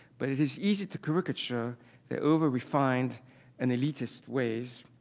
but it is easy to caricature their over-refined and elitist ways,